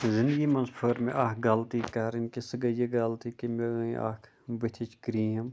زِندگی منٛز پھٔر مےٚ اکھ غلطی کَرٕنۍ کہِ سُہ گٔے یہِ غلطی کہِ مےٚ أنۍ اکھ بٔتھِچ کریٖم